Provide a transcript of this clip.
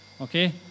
Okay